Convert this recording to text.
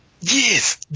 yes